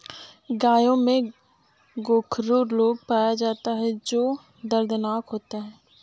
गायों में गोखरू रोग पाया जाता है जो दर्दनाक होता है